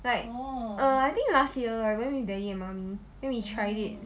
like err I think last year I went with daddy and mummy then we tried it